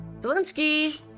Zelensky